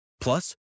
Plus